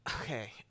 Okay